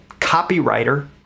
copywriter